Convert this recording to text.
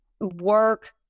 work